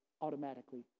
automatically